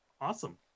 awesome